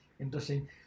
Interesting